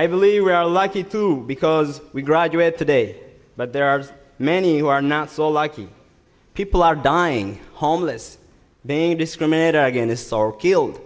i believe you are likely to because we graduated today but there are many who are not so lucky people are dying homeless being discriminated against or killed